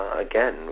again